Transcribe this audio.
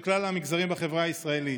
של כלל המגזרים בחברה הישראלית.